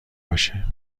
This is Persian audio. باشه